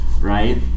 right